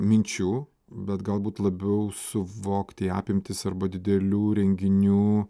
minčių bet galbūt labiau suvokti apimtis arba didelių renginių